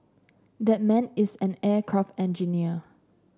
that man is an aircraft engineer